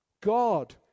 God